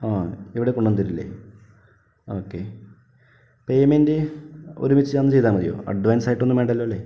ആ ഇവിടെ കൊണ്ടു വന്നു തരില്ലേ ഓക്കേ പേയ്മെൻ്റ് ഒരുമിച്ച് ചെയ് അന്ന് മതിയോ അഡ്വാൻസായിട്ടൊന്നും വേണ്ടല്ലോ അല്ലേ